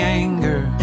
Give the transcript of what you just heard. anger